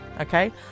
Okay